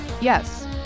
yes